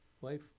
wife